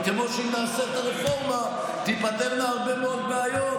וכמו שאם נעשה את הרפורמה תיפתרנה הרבה מאוד בעיות,